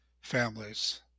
families